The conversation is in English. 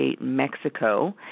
Mexico